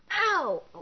Ow